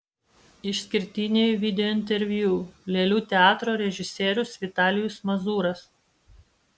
išskirtiniai videointerviu lėlių teatro režisierius vitalijus mazūras